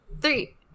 three